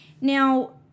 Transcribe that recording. Now